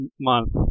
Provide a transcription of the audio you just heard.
month